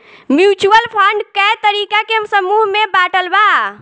mutual fund कए तरीका के समूह में बाटल बा